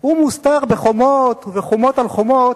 מוסתר בחומות ובחומות על חומות,